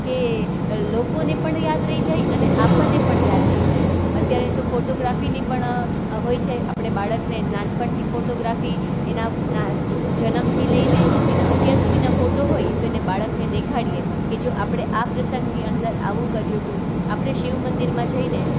કે લોકોને પણ યાદ રહી જાય અને આપણને પણ યાદ રહી જાય અત્યારે તો ફોટોગ્રાફીની પણ હોય છે આપણે બાળકને નાનપણથી ફોટોગ્રાફી એના જનમથી લઈને એના અત્યાર સુધીના ફોટો હોય તો એને બાળકને દેખાડીએ કે જો આપણે આ પ્રસંગની અંદર આવું કર્યુ હતું આપણે શિવ મંદિરમાં જઈને